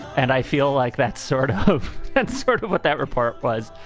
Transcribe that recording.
and i feel like that's sort of that's sort of what that report was,